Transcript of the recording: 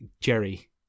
Jerry